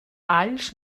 alls